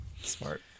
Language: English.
smart